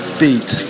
beat